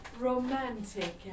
Romantic